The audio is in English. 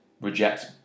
reject